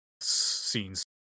scenes